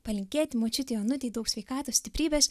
palinkėti močiutei onutei daug sveikatos stiprybės